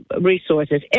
resources